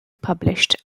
published